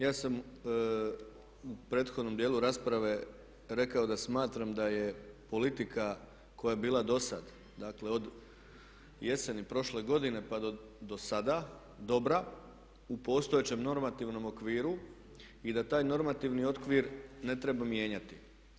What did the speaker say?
Ja sam u prethodnom dijelu rasprave rekao da smatram da je politika koja je bila do sad, dakle od jeseni prošle godine pa do sada dobra u postojećem normativnom okviru i da taj normativni okvir ne treba mijenjati.